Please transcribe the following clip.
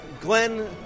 Glenn